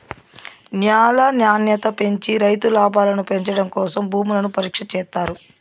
న్యాల నాణ్యత పెంచి రైతు లాభాలను పెంచడం కోసం భూములను పరీక్ష చేత్తారు